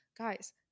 Guys